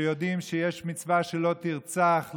שיודעות שיש מצווה של לא תרצח,